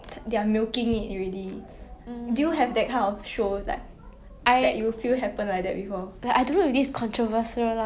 then towards the final episode right you know what happen they got divorced out of nowhere they got divorced out of nowhere you know they spent the whole season nine